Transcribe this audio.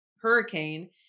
hurricane